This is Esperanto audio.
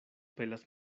pelas